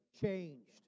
changed